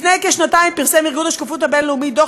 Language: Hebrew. לפני כשנתיים פרסם ארגון השקיפות הבין-לאומי דוח